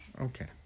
Okay